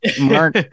Mark